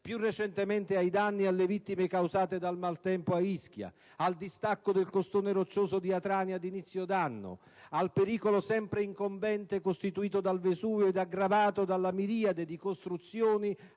più recentemente, ai danni e alle vittime causate dal maltempo a Ischia e al distacco del costone roccioso di Atrani ad inizio anno, nonché al pericolo sempre incombente costituito dal Vesuvio ed aggravato dalla miriade di costruzioni